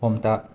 हमथा